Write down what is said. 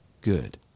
good